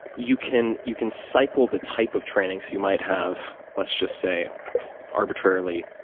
you can you can cycle the type of training. so you might have, let's just say arbitrarily,